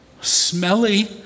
smelly